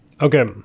Okay